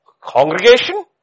congregation